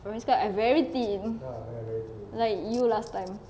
primary school I very thin like you last time